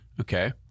Okay